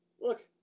look